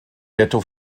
ghetto